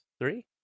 Three